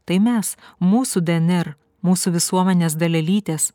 tai mes mūsų dnr mūsų visuomenės dalelytės